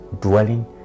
dwelling